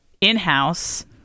in-house